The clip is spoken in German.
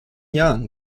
jahren